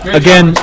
again